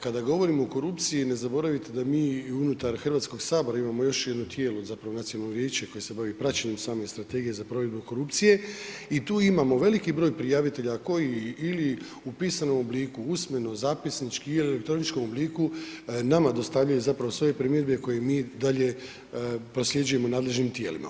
Kada govorimo o korupciji ne zaboravite da mi i unutar HS imamo još jedno tijelo, zapravo nacionalno vijeće koje se bavi praćenjem same strategije za provedbu korupcije i tu imamo veliki broj prijavitelja koji ili u pisanom obliku, usmeno, zapisnički i u elektroničkom obliku nama dostavljaju zapravo svoje primjedbe koje mi dalje prosljeđujemo nadležnim tijelima.